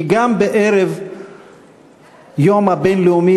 כי גם בערב היום הבין-לאומי